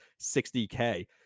60K